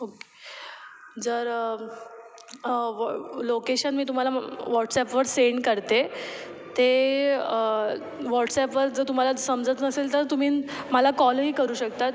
okay जर व् location मी तुम्हाला म वॉट्सॲपवर सेंड करते ते वॉट्सॲपवर जर तुम्हाला समजत नसेल तर तुम्ही मला कॉलही करू शकतात